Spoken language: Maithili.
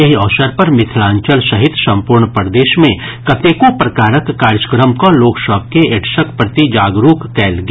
एहि अवसर पर मिथिलांचल सहित संपूर्ण प्रदेश मे कतेको प्रकारक कार्यक्रम कऽ लोक सभ के एड्सक प्रति जागरूक कयल गेल